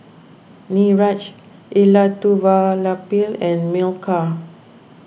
Niraj Elattuvalapil and Milkha